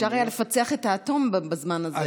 אפשר היה לפצח את האטום בזמן הזה.